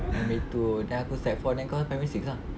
primary two then aku sec four then kau primary six ah